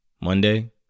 Monday